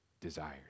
desires